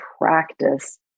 practice